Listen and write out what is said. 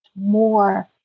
more